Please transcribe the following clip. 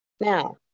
Now